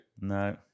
No